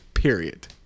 Period